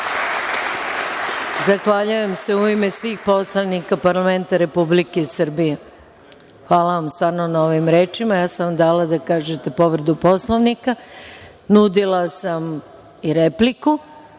Zahvaljujem se u ime svih poslanika parlamenta Republike Srbije. Hvala vam stvarno na ovim rečima. Ja sam vam dala da kažete povredu Poslovnika. Nudila sam i repliku.